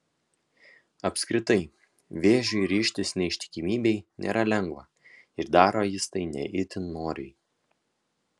apskritai vėžiui ryžtis neištikimybei nėra lengva ir daro jis tai ne itin noriai